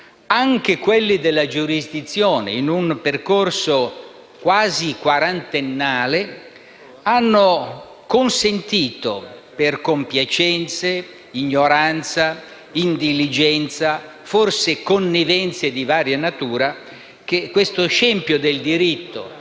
anche quelli della giurisdizione, in un percorso quasi quarantennale, hanno consentito, per compiacenze, ignoranza, indiligenza, forse connivenze di varia natura che avvenisse questo scempio del diritto